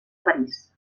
parís